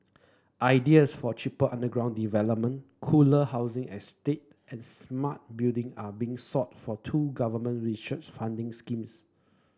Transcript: ideas for cheaper underground development cooler housing estate and smart building are being sought for two government research funding schemes